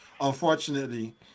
unfortunately